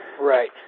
right